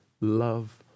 love